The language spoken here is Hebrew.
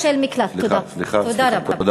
ישיבה שהתקיימה על המכרז של מקלט, חברת